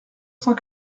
cent